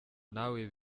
nawe